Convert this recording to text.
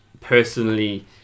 personally